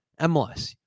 MLS